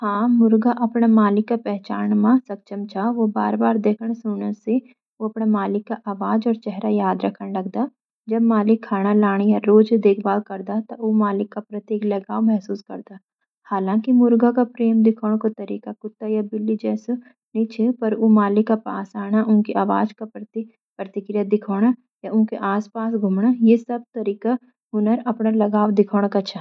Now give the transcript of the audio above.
हाँ, मुर्गा अपने मालिक का पहचानण मं सक्षम च। वा बार-बार देखण-सुणण से उ अपने मालिक का आवाज और चेहरा याद रखण लगदा। जब मालिक खाना लाणा या रोज देखभाल करदा, त उ मालिक का प्रति एक लगाव महसूस करदा। हालाँकि, मुर्गे का प्रेम दिखौण का तरीका कुत्ता या बिल्ली जैंसिकु नि च, पर उ मालिक का पास आणा, उनकी आवाज का प्रति प्रतिक्रिया दिखौणा, या उनके आस-पास घूमणा – यि सब तरीकु हुनर अपन लगाव दिखौण का।